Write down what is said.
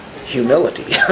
humility